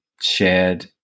shared